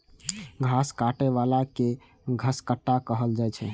घास काटै बला कें घसकट्टा कहल जाइ छै